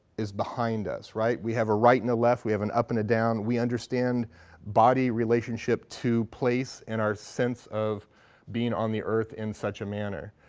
is behind us, right? we have a right and a left, we have an up and a down, we understand body relationship to place and our sense of being on the earth in such a manner,